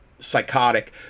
psychotic